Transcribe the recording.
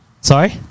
Sorry